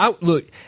Look